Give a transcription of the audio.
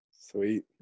sweet